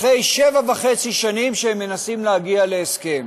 אחרי שבע וחצי שנים שהם מנסים להגיע להסכם.